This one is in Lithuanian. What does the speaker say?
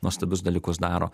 nuostabius dalykus daro